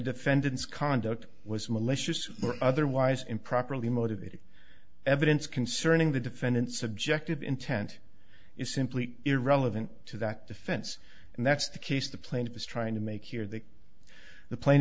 defendants conduct was malicious or otherwise improperly motivated evidence concerning the defendant's objective intent is simply irrelevant to that defense and that's the case the plaintiff is trying to make here they are the pla